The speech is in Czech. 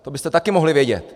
To byste taky mohli vědět!